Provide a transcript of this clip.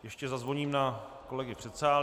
Ještě zazvoním na kolegy v předsálí.